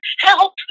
help